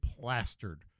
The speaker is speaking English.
plastered